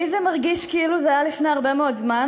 לי זה מרגיש כאילו זה היה לפני הרבה מאוד זמן,